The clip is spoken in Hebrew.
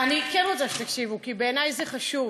אני כן רוצה שתקשיבו, כי בעיני זה חשוב.